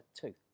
two